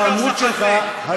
ההתלהמות שלך, אתה איש הגון.